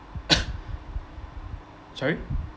sorry